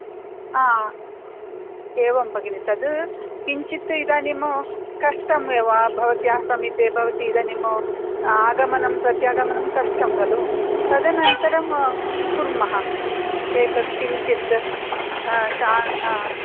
एवं भगिनि तत् किञ्चित् इदानीं कष्टमेव भवत्याः समीपे भवति इदानीम् आगमनं प्रत्यागमनं कष्टं खलु तदनन्तरं कुर्मः एतत् किञ्चित् शान्